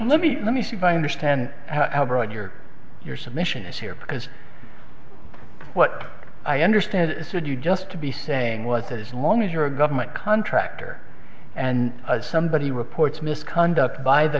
let me let me see by understand how broad your or your submission is here because what i understand is would you just to be saying was that as long as you were a government contractor and and somebody reports misconduct by the